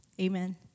Amen